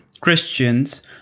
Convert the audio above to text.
Christians